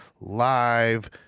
live